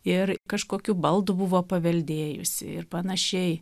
ir kažkokių baldų buvo paveldėjusi ir panašiai